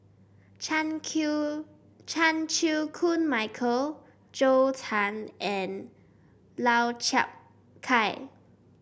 Chan Chan Chew Koon Michael Zhou Can and Lau Chiap Khai